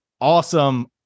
awesome